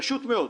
פשוט מאוד.